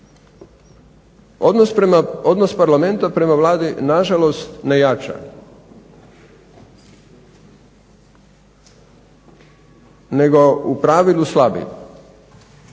Odnos Parlamenta prema Vladi na žalost ne jača, nego u pravilu slabi.